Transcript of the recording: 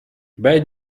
bad